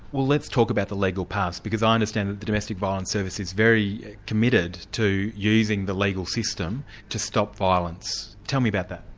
well let's talk about the legal paths, because i understand that the domestic violence service is very committed to using the legal system to stop violence. tell me about that.